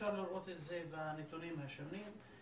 אפשר לראות את זה בנתונים השונים.